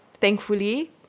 thankfully